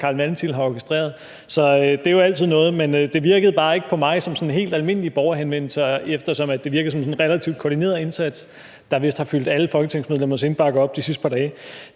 er jo altid noget, men det virkede bare ikke på mig som sådan en helt almindelig borgerhenvendelse, eftersom det virkede som en relativt koordineret indsats, der vist har fyldt alle folketingsmedlemmers indbakke op de sidste par dage.